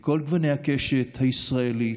מכל גווני הקשת הישראלית,